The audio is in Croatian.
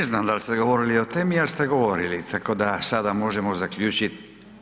Ne znam da li ste govorili o temi ali ste govorili tako da sada možemo zaključiti.